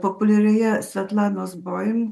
populiarioje svetlanos boim